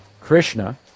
Krishna